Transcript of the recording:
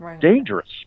dangerous